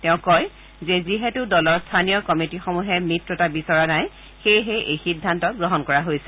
তেওঁ কয় যে যিহেতু দলৰ স্থানীয় কমিটীসমূহে মিত্ৰতা বিচৰা নাই সেয়েহে এই সিদ্ধান্ত গ্ৰহণ কৰা হৈছে